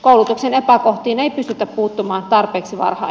koulutuksen epäkohtiin ei pystytä puuttumaan tarpeeksi varhain